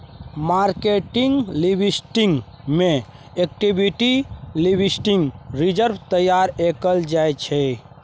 marketing liquidity में explicit liquidity reserve तैयार कएल जाइ छै